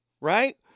Right